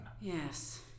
Yes